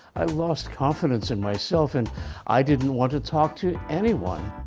i lost confidence in myself and i didn't want to talk to anyone.